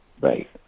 Right